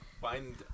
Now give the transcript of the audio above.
find